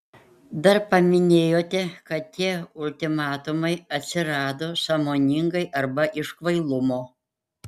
dar paminėjote kad tie ultimatumai atsirado sąmoningai arba iš kvailumo